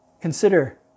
Consider